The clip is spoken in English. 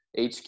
hq